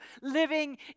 living